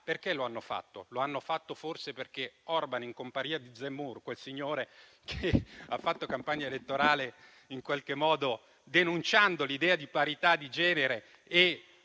Perché lo hanno fatto? Lo hanno fatto forse perché Orban, in compagnia di Zemmour, quel signore che ha fatto campagna elettorale denunciando l'idea di parità di genere ed